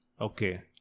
Okay